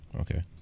Okay